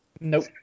nope